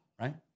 Right